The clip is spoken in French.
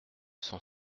cent